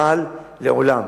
אבל לעולם